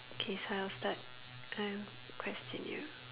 K so I'll start I'll question you